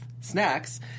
snacks